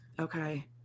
okay